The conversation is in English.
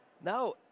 Now